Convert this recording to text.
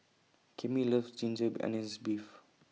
Cami loves Ginger Onions Beef